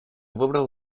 выбрал